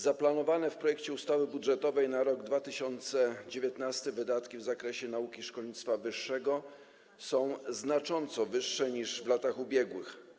Zaplanowane w projekcie ustawy budżetowej na rok 2019 wydatki w zakresie nauki i szkolnictwa wyższego są znacząco wyższe niż w latach ubiegłych.